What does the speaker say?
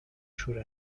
شور